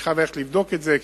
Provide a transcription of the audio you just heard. אני חייב ללכת לבדוק את זה,